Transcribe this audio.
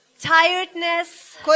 tiredness